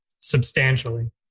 substantially